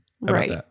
Right